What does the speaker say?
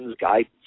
guidance